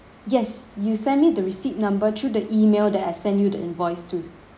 yes you send me the receipt number through the email that I sent you the invoice to